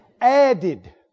added